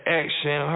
action